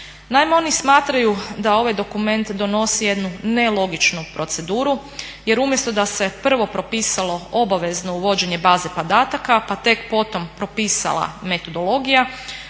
Naime, oni smatraju da ovaj dokument donosi jednu nelogičnu proceduru jer umjesto da se prvo propisalo obavezno uvođenje baze podataka pa tek potom propisala metodologija